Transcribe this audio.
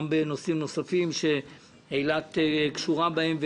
גם בנושאים נוספים שאילת קשורה בהם,